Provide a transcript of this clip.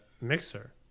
Mixer